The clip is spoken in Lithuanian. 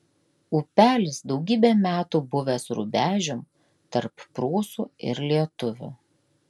upelis daugybę metų buvęs rubežium tarp prūsų ir lietuvių